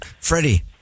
Freddie